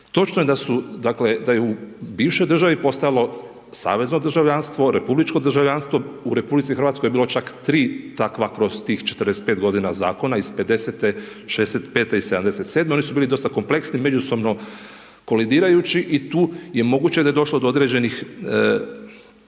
Točno je da su, da je u bivšoj državi postojalo savezno državljanstvo, republičko državljanstvo, u RH je čak 3 takva, kroz tih 45 godina zakona, iz 50., 65. i 77., oni su bili dosta kompleksni, međusobno kolidirajući i tu je moguće da je došlo do određenih grešaka